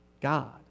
God